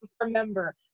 remember